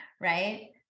right